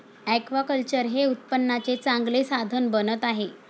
aquaculture हे उत्पन्नाचे चांगले साधन बनत आहे